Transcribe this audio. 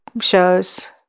shows